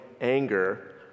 anger